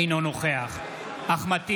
אינו נוכח אחמד טיבי,